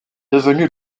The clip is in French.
devenu